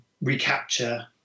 recapture